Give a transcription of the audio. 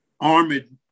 armored